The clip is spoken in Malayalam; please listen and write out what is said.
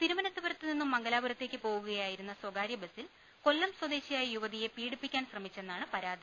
തിരുവന്തപുരത്തു നിന്നും മംഗലാപുരത്തേക്ക് പോകുക യായിരുന്ന സ്വകാര്യ ബസിൽ കൊല്ലം സ്വദേശിയായ യുവതിയെ പീഡിപ്പിക്കാൻ ശ്രമിച്ചെന്നാണ് പരാതി